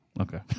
Okay